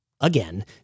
again